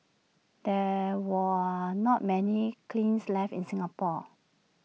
there were not many clings left in Singapore